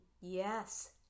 Yes